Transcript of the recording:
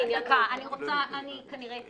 אני כנראה הטעיתי,